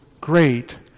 great